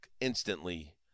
instantly